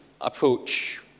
approach